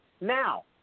Now